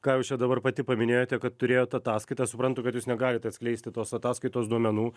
ką jūs čia dabar pati paminėjote kad turėjot ataskaitą suprantu kad jūs negalite atskleisti tos ataskaitos duomenų